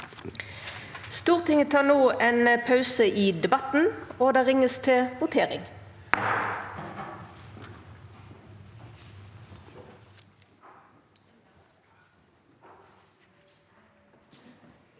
Stortinget tek no ein pause i debatten, og det vert ringt til votering.